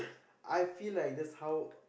I feel like that's how